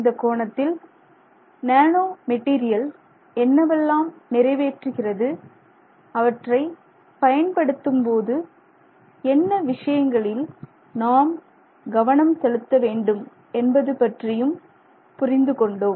இந்த கோணத்தில் nano material என்னவெல்லாம் நிறைவேற்றுகிறது அவற்றைப் பயன்படுத்தும்போது என்ன விஷயங்களில் நாம் கவனம் செலுத்த வேண்டும் என்பது பற்றியும் புரிந்து கொண்டோம்